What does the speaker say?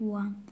one